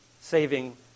saving